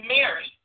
Mary